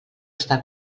està